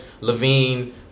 Levine